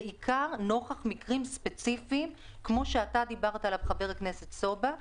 בעיקר נוכח מקרים ספציפיים כמו שדיבר עליהם חבר הכנסת סובה,